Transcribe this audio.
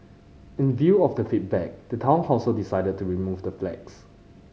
in view of the feedback the Town Council decided to remove the flags